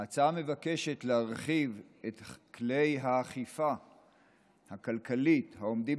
ההצעה מבקשת להרחיב את כלי האכיפה הכלכלית העומדים